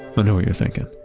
ah know what you're thinking,